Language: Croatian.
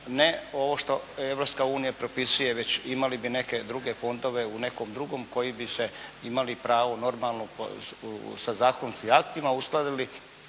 ne ovo što Europska unija propisuje, već imali bi neke druge fondove u nekom drugom koji bi se imali pravo, normalno sa zakonskim aktima uskladili